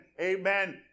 amen